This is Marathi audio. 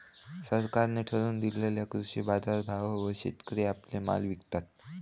सरकारान ठरवून दिलेल्या कृषी बाजारभावावर शेतकरी आपलो माल विकतत